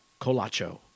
Colacho